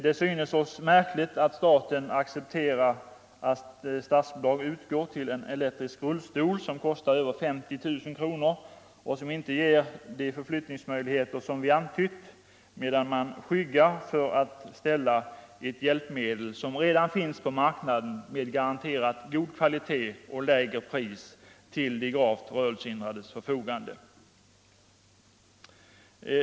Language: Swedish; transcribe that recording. Det synes oss märkligt att staten accepterat att statsbidrag utgår till en elektrisk rullstol som kostar över 50 000 kronor och som inte ger de förflyttningsmöjligheter som vi antytt, medan man skyggar för att ställa ett annat hjälpmedel, som redan finns på marknaden och med garanterad god kvalitet och till lägre pris, till de gravt rörelsehindrades förfogande.